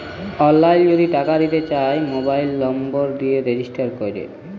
অললাইল যদি টাকা দিতে চায় মবাইল লম্বর দিয়ে রেজিস্টার ক্যরে